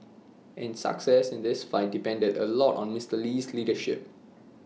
and success in this fight depended A lot on Mister Lee's leadership